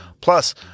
Plus